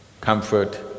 comfort